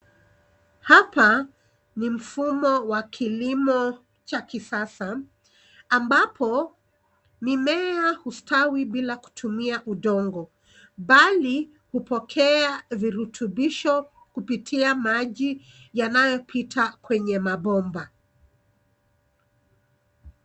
Hapa ni mfumo wa kilimo cha kisasa ambapo mimea hustawi bila kutumia udongo bali hupokea virutubisho kipitia maji yanoyopita kwenye mabomba.